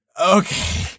Okay